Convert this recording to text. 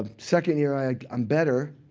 um second year, i'm like um better.